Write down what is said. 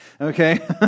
Okay